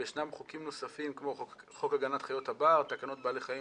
וישנם חוקים נוספים כמו חוק הגנת חיות הבר (תקנות בעלי חיים),